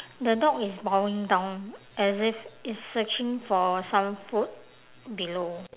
the dog is bowing down as if it's searching for some food below